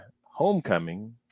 Homecoming